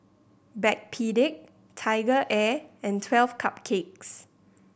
Backpedic TigerAir and Twelve Cupcakes